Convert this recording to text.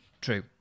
True